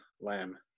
Lamb